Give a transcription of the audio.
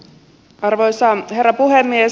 arvoisa herra puhemies